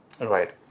right